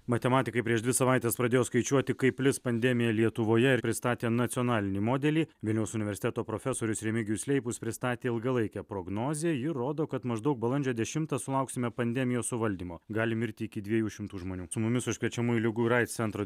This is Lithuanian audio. matematikai prieš dvi savaites pradėjo skaičiuoti kaip plis pandemija lietuvoje ir pristatė nacionalinį modelį vilniaus universiteto profesorius remigijus leipus pristatė ilgalaikę prognozę ji rodo kad maždaug balandžio dešimtą sulauksime pandemijos suvaldymo gali mirti iki dviejų šimtų žmonių su mumis užkrečiamųjų ligų ir aids centro